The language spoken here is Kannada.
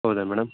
ಹೌದಾ ಮೇಡಮ್